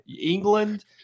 England